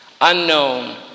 unknown